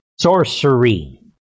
Sorcery